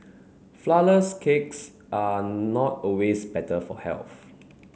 flour less cakes are not always better for health